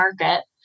market